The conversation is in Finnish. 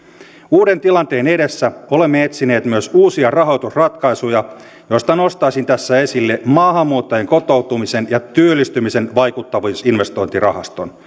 uuden tilanteen edessä olemme etsineet myös uusia rahoitusratkaisuja joista nostaisin tässä esille maahanmuuttajien kotoutumisen ja työllistymisen vaikuttavuusinvestointirahaston